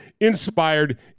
inspired